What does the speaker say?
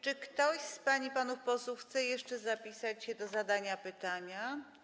Czy ktoś z pań i panów posłów chce jeszcze zapisać się do zadania pytania?